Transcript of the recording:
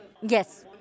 Yes